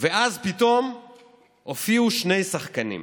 ואז פתאום הופיעו שני שחקנים: